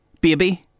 Baby